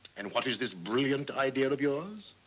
and what is this brilliant idea of yours?